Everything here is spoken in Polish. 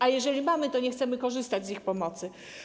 A jeżeli ich mamy, to nie chcemy korzystać z ich pomocy.